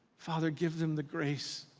father, give them the grace,